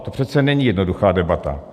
To přece není jednoduchá debata.